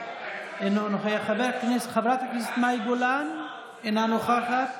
אינו נוכח, חברת הכנסת מאי גולן, אינה נוכחת,